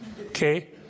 Okay